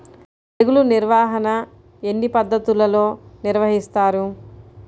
తెగులు నిర్వాహణ ఎన్ని పద్ధతులలో నిర్వహిస్తారు?